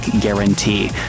guarantee